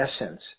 essence